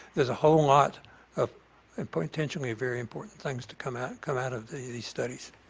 there's a whole lot of and potentially very important things to come out come out of these studies.